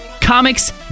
comics